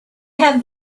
have